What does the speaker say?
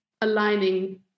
aligning